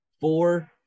Four